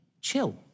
chill